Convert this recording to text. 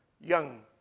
young